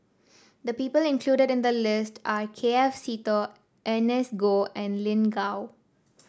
the people included in the list are K F Seetoh Ernest Goh and Lin Gao